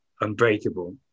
unbreakable